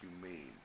humane